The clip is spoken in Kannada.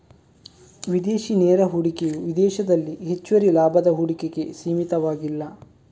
ವಿದೇಶಿ ನೇರ ಹೂಡಿಕೆಯು ವಿದೇಶದಲ್ಲಿ ಹೆಚ್ಚುವರಿ ಲಾಭದ ಹೂಡಿಕೆಗೆ ಸೀಮಿತವಾಗಿಲ್ಲ